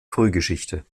frühgeschichte